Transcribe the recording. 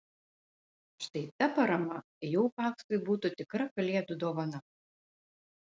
štai ta parama jau paksui būtų tikra kalėdų dovana